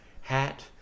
hat